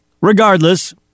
Regardless